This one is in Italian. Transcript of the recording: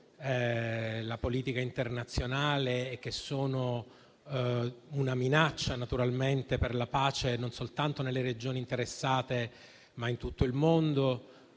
la politica internazionale e che sono una minaccia per la pace non soltanto nelle regioni interessate, ma in tutto il mondo.